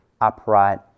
upright